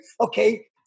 okay